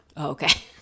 okay